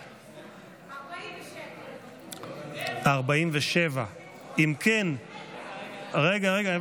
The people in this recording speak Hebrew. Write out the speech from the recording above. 47. לא, 28ג'. טוב.